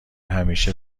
همیشه